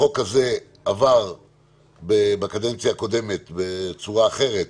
החוק הזה עבר בקדנציה הקודמת בצורה אחרת,